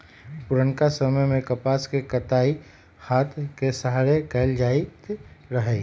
पुरनका समय में कपास के कताई हात के सहारे कएल जाइत रहै